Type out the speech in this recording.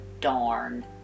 darn